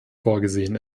vorgesehen